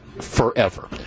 forever